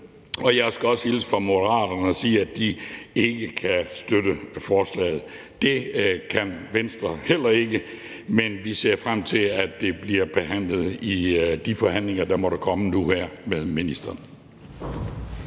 Jeg skal også hilse fra Moderaterne og sige, at de ikke kan støtte forslaget. Det kan Venstre heller ikke, men vi ser frem til, at det bliver behandlet i de forhandlinger, der måtte komme nu her med ministeren.